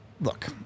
look